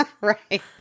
Right